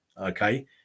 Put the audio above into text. okay